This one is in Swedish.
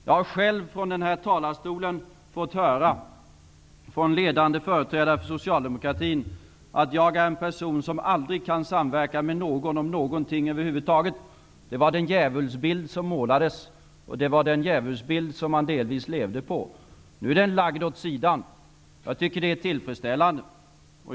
Jag har själv fått höra från ledande företrädare för socialdemokratin, från denna talarstol, att jag är en person som aldrig kan samverka med någon om någonting över huvud taget. Det var den djävulsbild som målades upp, och som man delvis levde på. Nu är den lagd åt sidan. Jag tycker att det är tillfredsställande.